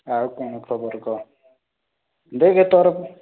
ଆଉ କ'ଣ ଖବର କହ ଦେଖ୍ ତୋର୍